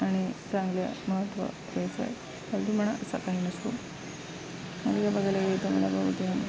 आणि चांगलं महत्व फालतूपणा असा काही नसतो मग ह्या बघायला गेलं मला बहुते